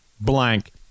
blank